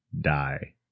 die